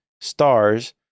stars